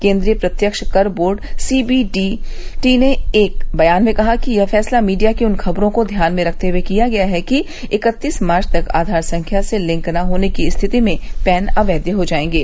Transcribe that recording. केंद्रीय प्रत्यव्न कर board C B D T ने एक बयान में कहा है कि यह फैसला मीडिया की उन खबरों को ध्यान में रखते हए किया गया है कि इक्कतीस मार्च तक आधार संख्या से लिंक न होने की स्थिति में पैन अवैध हो जाएंगे